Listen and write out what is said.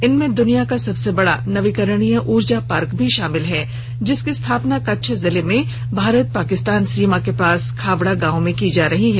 इनमें दुनिया का सबसे बड़ा नवीकरणीय ऊर्जा पार्क भी शामिल है जिसकी स्थापना कच्छ जिले में भारत पाकिस्तान सीमा के पास खावड़ा गांव में की जा रही है